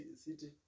city